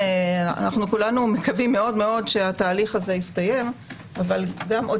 שכולנו מקווים מאוד שהתהלך הזה יסתיים אבל גם עוד